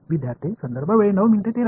विद्यार्थीः